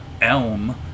ELM